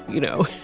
you know,